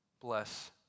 bless